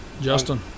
Justin